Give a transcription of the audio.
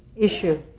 issue.